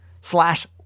slash